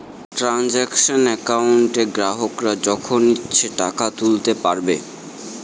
transaction একাউন্টে গ্রাহকরা যখন ইচ্ছে টাকা তুলতে পারবে